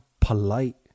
polite